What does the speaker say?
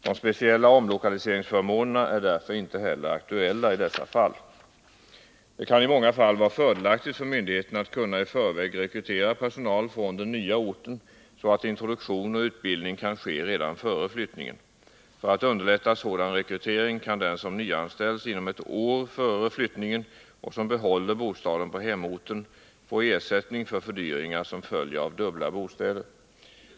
De speciella omlokaliseringsförmånerna är därför inte heller aktuella i dessa fall. Det kan i många fall vara fördelaktigt för myndigheten att kunna i förväg rekrytera personal från den nya orten så att introduktion och utbildning kan ske redan före flyttningen. För att underlätta sådan rekrytering kan den som nyanställs inom ett år före flyttningen och som behåller bostaden på hemorten få ersättning för fördyringar som följer av dubbla bostäder.